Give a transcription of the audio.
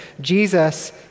Jesus